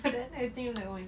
but then I think like oh my gosh